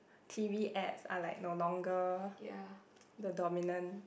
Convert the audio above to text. t_v ads are like no longer the dominant